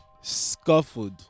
Scuffled